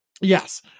Yes